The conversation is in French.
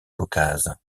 caucase